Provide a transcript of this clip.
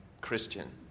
Christian